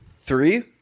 three